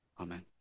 Amen